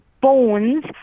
bones